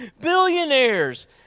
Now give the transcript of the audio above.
billionaires